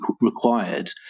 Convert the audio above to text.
required